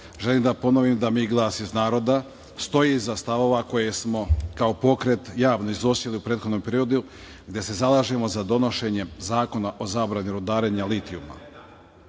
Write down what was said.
narod. Želim da ponovim da „Mi glas iz naroda“ stoje iza stavova koje smo kao pokret javno iznosili u prethodnom periodu, gde se zalažemo za donošenje zakona o zabrani rudarenja litijuma. Moram